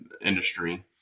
industry